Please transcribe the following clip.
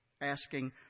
asking